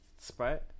Sprite